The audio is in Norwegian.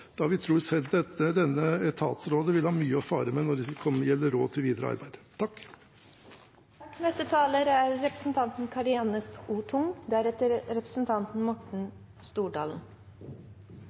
da vi tror dette etatsrådet vil ha mye å fare med når det gjelder råd til videre arbeid.